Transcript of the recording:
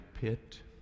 pit